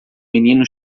menino